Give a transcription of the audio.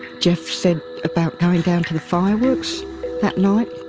geoff said about going down to the fireworks that night,